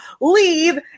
leave